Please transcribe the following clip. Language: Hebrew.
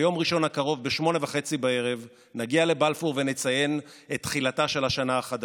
ביום ראשון הקרוב ב-20:30 נגיע לבלפור ונציין את תחילתה של השנה החדשה.